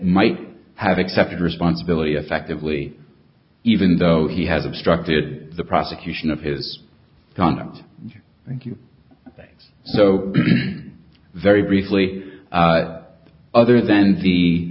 might have accepted responsibility effectively even though he has obstructed the prosecution of his conduct thank you so very briefly other than the